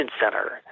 center